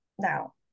now